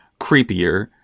creepier